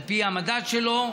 על פי המדד שלו,